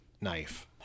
Knife